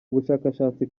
ubushakashatsi